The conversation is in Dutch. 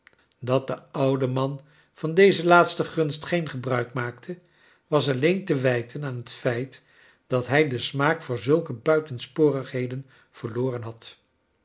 dat de oude man van deze laatste gunst geen gebruik maakte was alleen te wijten aan het feit dat hij den smaak voor zulke buitensporigheden verloren had